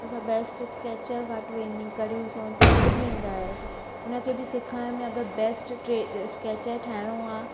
असां best sketch वटि training करियूं उते असां सिखी ईंदा हुयासीं उन खे बि सेखारण में अगरि बेस्ट ट्रे स्केचर ठहणो आहे